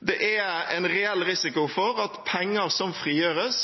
Det er en reell risiko for at penger som frigjøres,